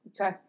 Okay